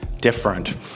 different